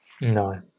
No